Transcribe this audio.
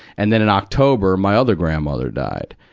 and then in october my other grandmother died.